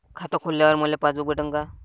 खातं खोलल्यावर मले पासबुक भेटन का?